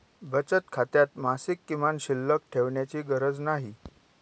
बचत खात्यात मासिक किमान शिल्लक ठेवण्याची गरज नाही